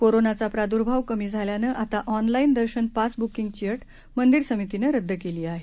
कोरोनाचा प्रादर्भाव कमी झाल्यानं आता ऑनलाइन दर्शन पास बूकिंगची अट मंदिर समितीनं रद्द केली आहे